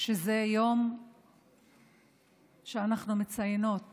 שזה יום שאנחנו מציינות